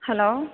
hello